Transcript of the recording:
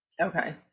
okay